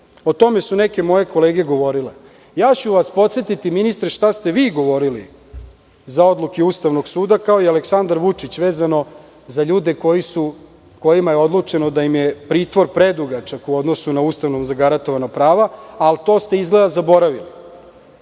O tome su neke moje kolege govorile. Podsetiću vas, ministre, šta ste vi govorili za odluke Ustavnog suda, kao i Aleksandar Vučić vezano za ljude kojima je odlučeno da im je pritvor predugačak u odnosu na Ustavom zagarantovano pravo, a to ste izgleda zaboravili.